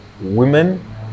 women